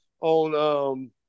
on